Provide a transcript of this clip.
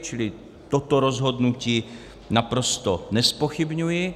Čili toto rozhodnutí naprosto nezpochybňuji.